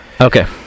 Okay